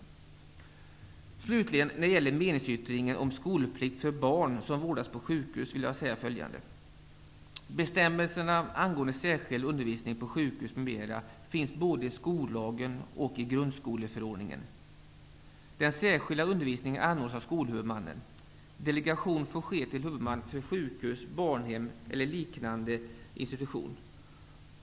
Jag vill slutligen säga något om det som sägs i meningsyttringen om skolplikt för barn som vårdas på sjukhus. Bestämmelserna angående särskild undervisning på sjukhus m.m. finns både i skollagen och i grundskoleförordningen. Den särskilda undervisningen anordnas av skolhuvudmannen. Delegation får ske till huvudman för sjukhus, barnhem eller liknande institution.